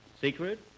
Secret